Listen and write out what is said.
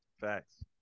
facts